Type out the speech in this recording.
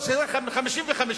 או שרק 55,